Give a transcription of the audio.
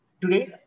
Today